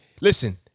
listen